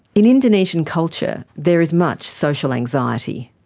in indonesian culture, there is much social anxiety.